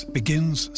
begins